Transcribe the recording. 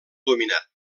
dominat